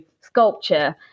sculpture